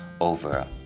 over